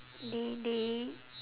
they they